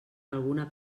alguna